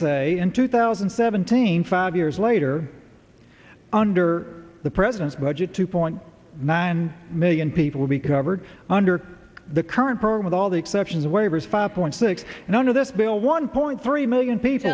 say in two thousand and seventeen five years later under the president's budget two point nine million people would be covered under the current program with all the exceptions of waivers five point six and under this bill one point three million people